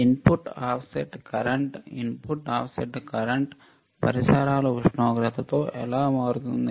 input offset current input offset current పరిసరాల ఉష్ణోగ్రత తో ఎలా మారుతుంది